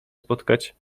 spotkać